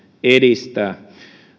edistää